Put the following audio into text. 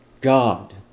God